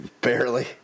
Barely